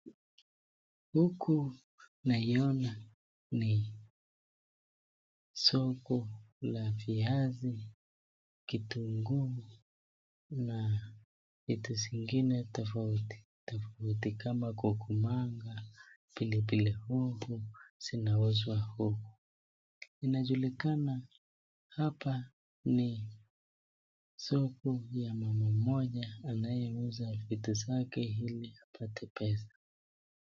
Huku naiona ni soko la viazi, kitunguu na vitu zingine tofauti tofauti kama kukumanga, pilipili hoho zinauzwa huku. Zinajulikana hapa ni soko ya mama mmoja anayeuza vitu zake ili apate pesa.